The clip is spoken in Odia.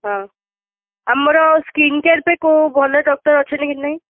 ହଁ ଆମର ସ୍କିନ୍ କେୟାର୍ ପାଇଁ କେଉଁ ଭଲ ଡକ୍ଟର୍ ଅଛନ୍ତି କି ନାହିଁ